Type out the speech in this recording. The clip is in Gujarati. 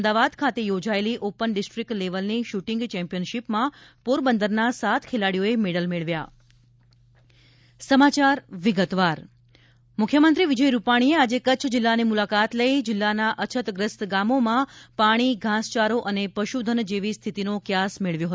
અમદાવાદ ખાતે યોજાયેલી ઓપન ડિસ્ટ્રીકટ લેવલની શુટીંગ ચેમ્પિયનશીપમાં પોરબંદરના સાત ખેલાડીઓએ મેડલ મેળવ્યા મુખ્યમંત્રી વિજય રૂપાણીએ આજે કચ્છ જિલ્લાની મુલાકાત લઇ જિલ્લાના અછતગ્રસ્ત ગામોમાં પાણી ઘાસચારો અને પશુધન જેવી સ્થિતિનો કયાસ મેળવ્યો હતો